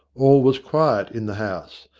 all was quiet in the house,